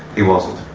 he wasn't.